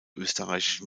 österreichischen